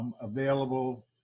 available